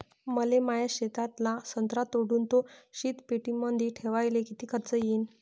मले माया शेतातला संत्रा तोडून तो शीतपेटीमंदी ठेवायले किती खर्च येईन?